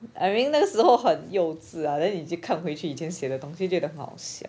I mean 那时候很幼稚 ah then 你去看回去以前写的东西觉得很好笑